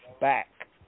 back